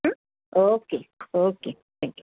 okay okay thank you